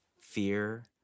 fear